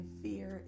fear